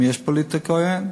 אם יש פוליטיקה או אין.